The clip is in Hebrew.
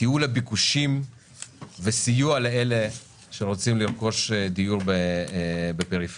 לתיעול הביקושים לסיוע לאלה שרוצים לרכוש דיור בפריפריה.